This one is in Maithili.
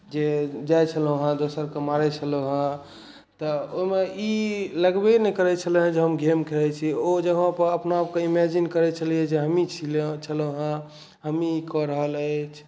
जे जाइ छलहुॅं हैं दोसरके मारै छलहुॅं हैं तऽ ओहिमे ई लगबे नहि करै छलैहं जे हम गेम खेलै छी ओ जे अपना आपकेँ इमेजिन करै छलियै जे हमहीं छलौंहं हमहीं कऽ रहल अछि